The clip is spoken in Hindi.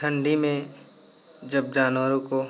ठंडी में जब जानवरों को